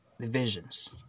divisions